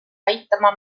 aitama